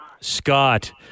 Scott